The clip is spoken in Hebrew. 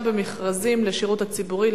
לתואר אקדמי במכרזים של השירות הציבורי,